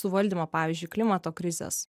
suvaldymo pavyzdžiui klimato krizės